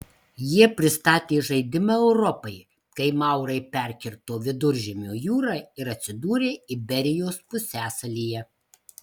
jie pristatė žaidimą europai kai maurai perkirto viduržemio jūrą ir atsidūrė iberijos pusiasalyje